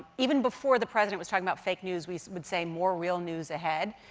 even before the president was talking about fake news, we would say, more rel news ahead